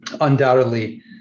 undoubtedly